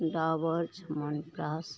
Dabur chyawanprash